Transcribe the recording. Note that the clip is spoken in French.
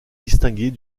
distingués